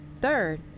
Third